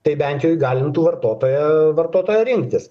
tai bent jau įgalintų vartotoją vartotoją rinktis